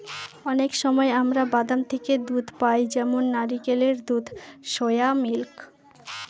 অনেক সময় আমরা বাদাম থেকে দুধ পাই যেমন নারকেলের দুধ, সোয়া মিল্ক